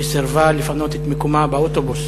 שסירבה לפנות את מקומה באוטובוס